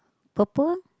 purple one